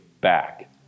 back